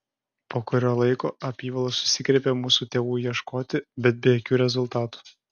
po kurio laiko apyvalos susigriebė mūsų tėvų ieškoti bet be jokių rezultatų